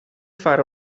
fare